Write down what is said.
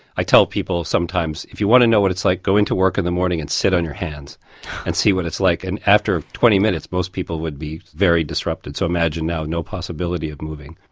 i tell people sometimes if you want to know what it's like, go in to work in the morning and sit on your hands and see what it's like, and after twenty minutes most people would be very disrupted. so imagine now, no possibility of moving,